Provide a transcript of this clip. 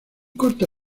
corta